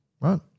Right